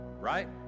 right